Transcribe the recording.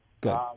Good